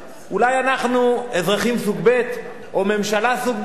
אולי אנחנו אזרחים סוג ב' או ממשלה סוג ב'.